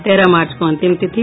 तेरह मार्च को अंतिम तिथि